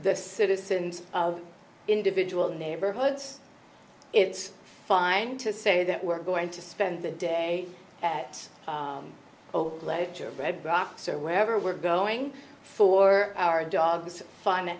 the citizens of individual neighborhoods it's fine to say that we're going to spend the day at ledger of red rocks or wherever we're going for our dogs